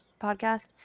podcast